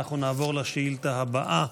אנחנו נעבור לשאילתה הבאה,